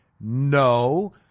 No